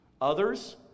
others